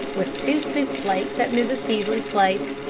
with two soup plates at mrs. peaslee's place.